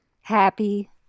Happy